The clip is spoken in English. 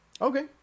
Okay